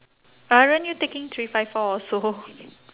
aren't you taking three five four also